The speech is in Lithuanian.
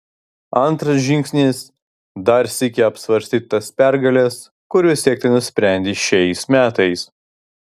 antras žingsnis dar sykį apsvarstyk tas pergales kurių siekti nusprendei šiais metais